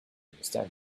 understand